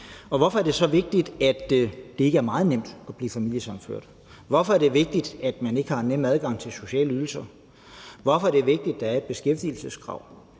Hvorfor er det vigtigt, at det ikke er meget nemt at blive familiesammenført? Hvorfor er det vigtigt, at man ikke har nem adgang til sociale ydelser? Hvorfor er det vigtigt, at der er et beskæftigelseskrav?